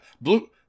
Blue